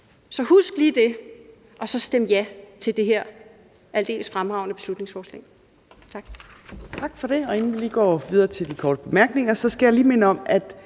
Så husk lige det, og stem så ja til det her aldeles fremragende beslutningsforslag.